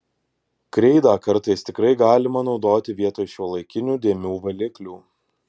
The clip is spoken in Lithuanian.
kreidą kartais tikrai galima naudoti vietoj šiuolaikinių dėmių valiklių